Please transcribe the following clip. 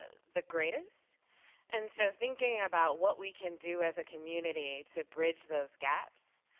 ah the greatest and so thinking about what we can do as a community to bridge those gaps,